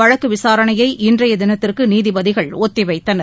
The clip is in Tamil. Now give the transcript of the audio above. வழக்கு விசாரணையை இன்றைய தினத்திற்கு நீதிபதிகள் ஒத்தி வைத்தனர்